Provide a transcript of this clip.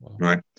Right